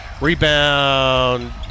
Rebound